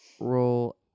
Roll